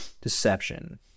deception